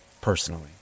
Personally